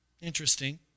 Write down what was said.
interesting